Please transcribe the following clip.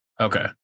Okay